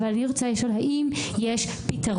אבל אני רוצה לשאול האם יש פתרון?